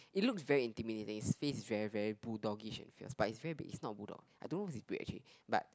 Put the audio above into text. it looks very intimidating it's face is very very bulldog-ish and fierce but it's very big it's not a bulldog I don't know it's breed actually but